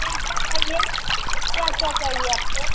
क्या क्या चाहिए क्या क्या चाहिए आपको